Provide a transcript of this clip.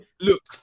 Look